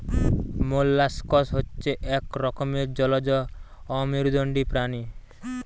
molluscs হচ্ছে এক রকমের জলজ অমেরুদন্ডী প্রাণী